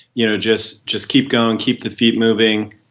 you know just just keep going and keep the feet moving.